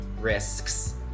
Risks